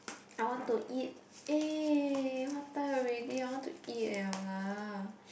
I want to eat eh what time already I want to eat liao lah